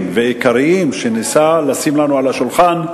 ועיקריים שהוא ניסה לשים לנו על השולחן,